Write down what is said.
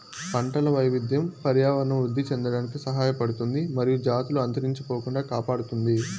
పంటల వైవిధ్యం పర్యావరణం వృద్ధి చెందడానికి సహాయపడుతుంది మరియు జాతులు అంతరించిపోకుండా కాపాడుతుంది